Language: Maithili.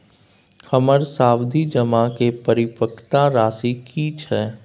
हमर सावधि जमा के परिपक्वता राशि की छै?